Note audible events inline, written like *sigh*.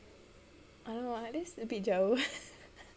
!alamak! that's a bit jauh *laughs*